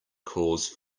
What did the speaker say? cause